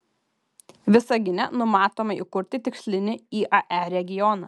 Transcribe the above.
visagine numatoma įkurti tikslinį iae regioną